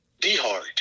D-Hard